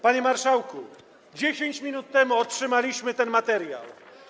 Panie marszałku, 10 minut temu otrzymaliśmy ten materiał.